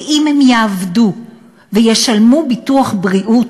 כי אם הם יעבדו וישלמו ביטוח בריאות,